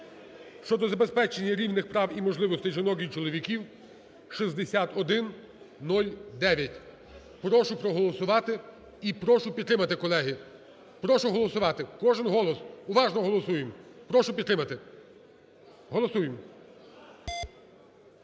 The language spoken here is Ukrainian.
щодо забезпечення рівних прав і можливостей жінок і чоловіків (6109). Прошу проголосувати і прошу підтримати. Колеги, прошу голосувати, кожний голос, уважно голосуємо, прошу підтримати. Голосуємо.